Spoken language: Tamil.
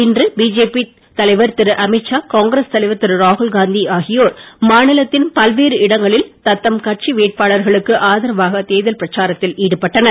இன்று பிஜேபி தலைவர் திரு அமீத்ஷா காங்கிரஸ் தலைவர் திரு ராகுல்காந்தி ஆகியோர் மாநிலத்தின் பல்வேறு இடங்களில் தத்தம் கட்சி வேட்பாளர்களுக்கு அதரவாக தேர்தல் பிரச்சாரத்தில் ஈடுபட்டனர்